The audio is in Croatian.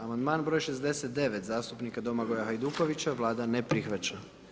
Amandman broj 69. zastupnika Domagoja Hajdukovića, Vlada ne prihvaća.